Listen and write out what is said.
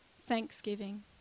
thanksgiving